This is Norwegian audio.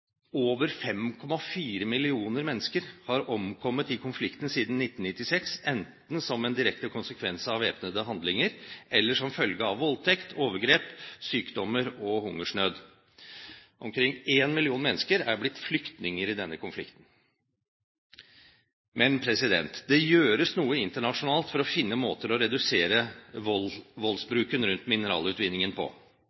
over 5,4 millioner mennesker har omkommet i konflikten siden 1996, enten som en direkte konsekvens av væpnede handlinger, eller som følge av voldtekt, overgrep, sykdommer og hungersnød. Omkring 1 million mennesker er blitt flyktninger i denne konflikten. Men det gjøres noe internasjonalt for å finne måter å redusere